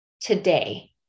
today